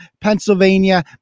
Pennsylvania